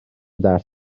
درس